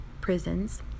prisons